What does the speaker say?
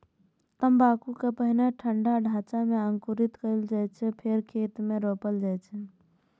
तंबाकू कें पहिने ठंढा ढांचा मे अंकुरित कैल जाइ छै, फेर खेत मे रोपल जाइ छै